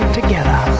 together